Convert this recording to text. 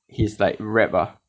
he's like wrap ah